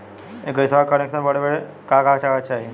इ गइसवा के कनेक्सन बड़े का का कागज चाही?